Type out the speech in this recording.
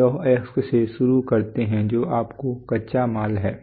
लौह अयस्क से शुरू करते हैं जो आपका कच्चा माल है